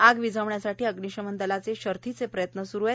आग विझवण्यासाठी अग्निशमन दलाचे शर्थीचे प्रयत्न सुरु आहेत